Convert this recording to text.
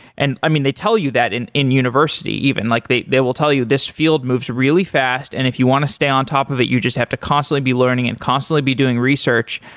and i mean they tell you that in in university even, like they they will tell you, this field moves really fast, and if you want to stay on top of it, you just have to constantly be learning and constantly be doing research,